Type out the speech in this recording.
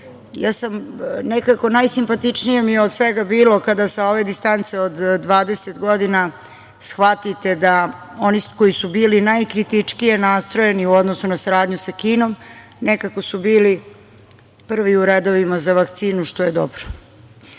sa Kinom, najsimpatičnije mi je od svega bilo kada sa ove distance od 20 godina shvatite da oni koji su bili najkritičkije nastrojeni u odnosu na saradnju sa Kinom nekako su bili prvi u redovima za vakcinu, što je dobro. Sa